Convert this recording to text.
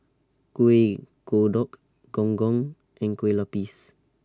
Kuih Kodok Gong Gong and Kue Lupis